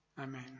Amen